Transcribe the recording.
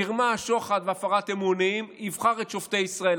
מרמה, שוחד והפרת אמונים, יבחר את שופטי ישראל.